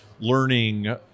Learning